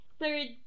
Third